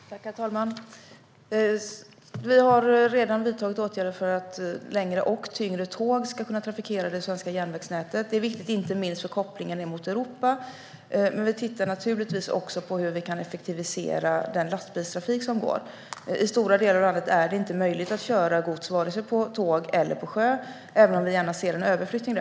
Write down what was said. Herr talman! Vi har redan vidtagit åtgärder för att längre och tyngre tåg ska kunna trafikera det svenska järnvägsnätet. Det är viktigt inte minst för kopplingen till övriga Europa. Men vi tittar naturligtvis också på hur vi kan effektivisera lastbilstrafiken. I stora delar av landet är det inte möjligt att köra gods vare sig på tåg eller på sjö, även om vi gärna ser en överflyttning.